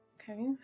Okay